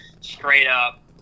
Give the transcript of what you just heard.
straight-up